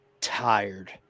tired